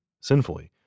sinfully